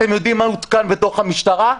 אתם יודעים מה עודכן בדוח המשטרה?